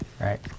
Right